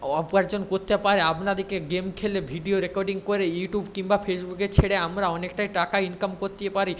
উপার্জন করতে পারেন আপনাদেরকে গেম খেলে ভিডিও রেকর্ডিং করে ইউটিউব কিংবা ফেসবুকে ছেড়ে আমরা অনেকটাই টাকা ইনকাম করতে পারি